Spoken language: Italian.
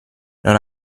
non